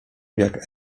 jak